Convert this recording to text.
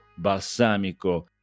balsamico